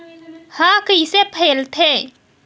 ह कइसे फैलथे?